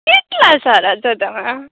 કેટલા સારા અંતર ધામ આ